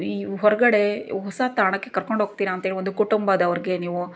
ಹೊರಗಡೆ ಹೊಸ ತಾಣಕ್ಕೆ ಕರ್ಕೊಂಡೋಗ್ತೀರಾ ಅಂತ ಒಂದು ಕುಟುಂಬದವ್ರಿಗೆ ನೀವು